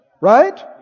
Right